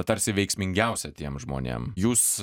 tarsi veiksmingiausia tiem žmonėm jūs